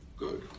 Good